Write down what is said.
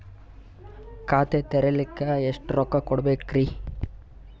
ಖಾತಾ ತೆರಿಲಿಕ ಎಷ್ಟು ರೊಕ್ಕಕೊಡ್ಬೇಕುರೀ?